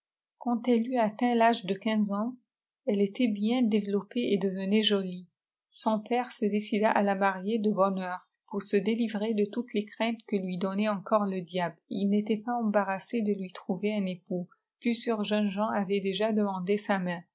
quand elle eut atteint l'âge de quinze ans elle était bien développée et devenait jolie sort père se décida à la marier de bonne heure pour se délivrer de toutes les craintes que loi douiàeit encore le diable et il n'était pas embarrassé de lui trouver un époux plusieurs jeunes gens avaient déjà demandé sa main